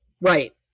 Right